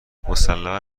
مسلما